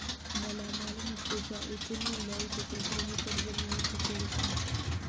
मला मालमत्तेच्या एकूण मूल्याइतके गृहकर्ज मिळू शकेल का?